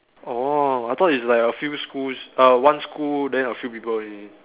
oh I thought it's like a few schools err one school then a few people already